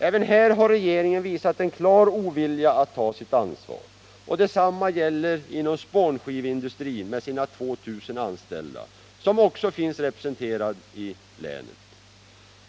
Även här har regeringen visat en klar ovilja att ta sitt ansvar. Detsamma gäller inom spånskiveindustrin med sina 2 000 anställda, vilken också finns representerad i länet.